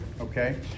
Okay